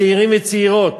צעירים וצעירות.